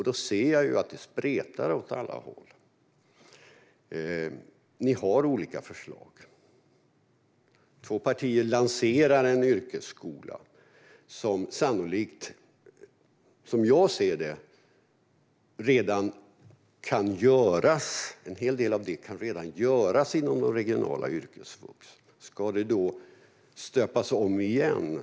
Då ser jag ju att det spretar åt alla håll. Ni har olika förslag. Två partier lanserar en yrkesskola som sannolikt - som jag ser det - redan kan genomföras inom den regionala yrkesvuxutbildningen. Ska detta då stöpas om igen?